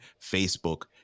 Facebook